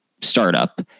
startup